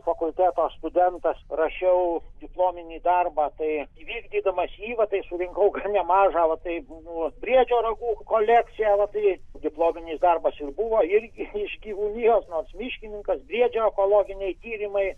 fakulteto studentas rašiau diplominį darbą tai vykdydamas įvą tai surinkau gan nemažą va tai briedžio ragų kolekcija va tai diplominis darbas buvo irgi iš gyvūnijos nors miškininkas briedžio ekologiniai tyrimai